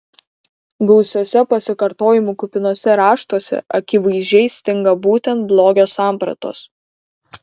gausiuose pasikartojimų kupinuose raštuose akivaizdžiai stinga būtent blogio sampratos